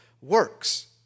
works